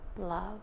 love